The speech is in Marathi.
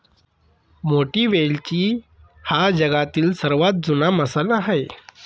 मोठी वेलची हा जगातील सर्वात जुना मसाला आहे